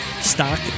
stock